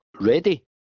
ready